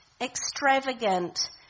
extravagant